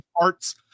parts